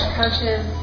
coaches